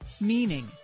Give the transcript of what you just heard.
Meaning